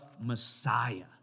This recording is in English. Messiah